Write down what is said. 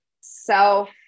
self